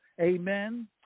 amen